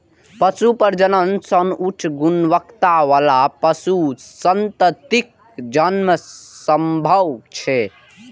पशु प्रजनन सं उच्च गुणवत्ता बला पशु संततिक जन्म संभव छै